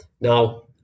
Now